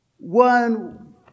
One